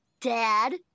Dad